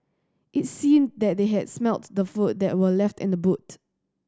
it seemed that they had smelt the food that were left in the boot